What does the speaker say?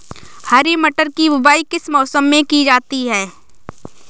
हरी मटर की बुवाई किस मौसम में की जाती है?